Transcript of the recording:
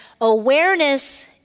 awareness